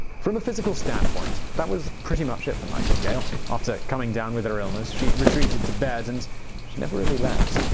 from a physical standpoint, that was pretty much it for nightingale. after coming down with her illness, she retreated to bed and never really left.